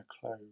close